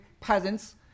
peasants